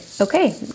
okay